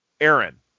Aaron